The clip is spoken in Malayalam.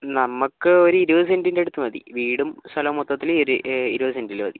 നമുക്ക് ഒരു ഇരുപത് സെന്റിൻ്റടുത്ത് മതി വീടും സ്ഥലവും മൊത്തത്തിൽ ഒരു ഇരുപത് സെന്റിൽ മതി